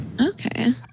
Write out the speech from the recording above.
Okay